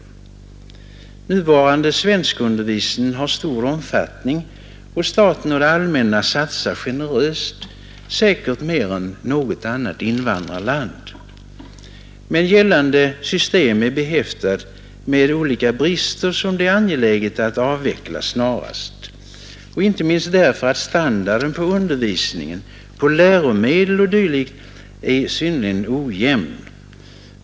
Den nuvarande svenskundervisningen har stor omfattning, och staten och det allmänna satsar generöst, säkert mer än något annat invandrarland. Men gällande system är behäftat med olika brister som det är angeläget att avveckla snarast, inte minst därför att standarden på undervisning, läromedel o. d. är synnerligen ojämn.